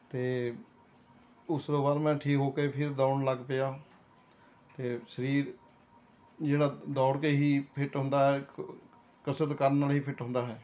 ਅਤੇ ਉਸ ਤੋਂ ਬਾਅਦ ਮੈਂ ਠੀਕ ਹੋ ਕੇ ਫਿਰ ਦੌੜਨ ਲੱਗ ਪਿਆ ਫਿਰ ਸਰੀਰ ਜਿਹੜਾ ਦੋੜ ਕੇ ਹੀ ਫਿੱਟ ਹੁੰਦਾ ਹੈ ਕ ਕਸਰਤ ਕਰਨ ਨਾਲ ਹੀ ਫਿੱਟ ਹੁੰਦਾ ਹੈ